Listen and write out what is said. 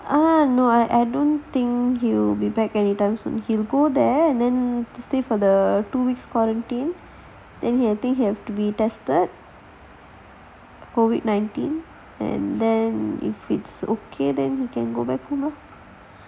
ah no I I don't think you'll be back anytime soon he'll go there and then to stay for the two weeks quarantine then he I think have to be tested COVID nineteen and then if it's okay then he can go back home lah